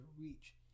reach